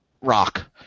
rock